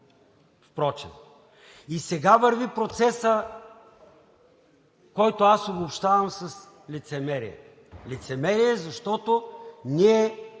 И сега върви процесът, който аз обобщавам с лицемерие. Лицемерие е, защото ние